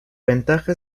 ventaja